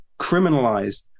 criminalized